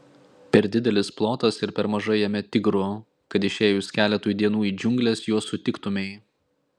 per didelis plotas ir per mažai jame tigrų kad išėjus keletui dienų į džiungles juos susitiktumei